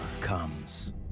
comes